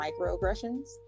microaggressions